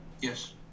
Yes